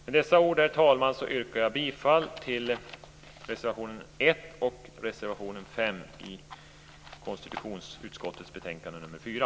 Med dessa ord, herr talman, yrkar jag bifall till reservation nr 1 och reservation nr 5 i konstitutionsutskottets betänkande nr 4.